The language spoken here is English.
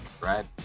right